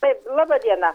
taip laba diena